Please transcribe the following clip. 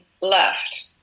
left